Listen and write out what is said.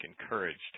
encouraged